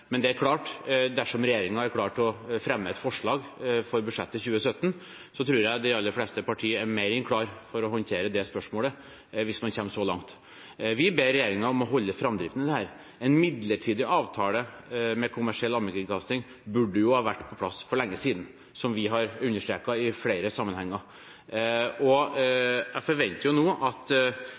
Men det er klart at dersom regjeringen har klart å fremme et forslag til budsjettet for 2017, tror jeg de aller fleste partier er mer enn klar for å håndtere det spørsmålet – hvis man kommer så langt. Vi ber regjeringen om å holde framdriften. En midlertidig avtale om kommersiell allmennkringkasting burde ha vært på plass for lenge siden – som vi har understreket i flere sammenhenger. Jeg forventer nå at